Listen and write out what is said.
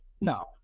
No